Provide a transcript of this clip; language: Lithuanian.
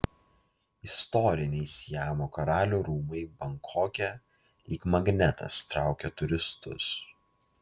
istoriniai siamo karalių rūmai bankoke lyg magnetas traukia turistus